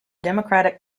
democratic